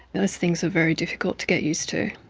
those things were very difficult to get used to.